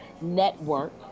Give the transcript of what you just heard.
network